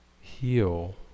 heal